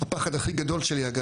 הפחד הכי גדול שלי עכשיו,